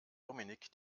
dominik